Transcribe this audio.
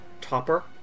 Topper